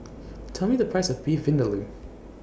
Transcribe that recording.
Tell Me The Price of Beef Vindaloo